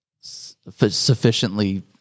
sufficiently